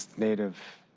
native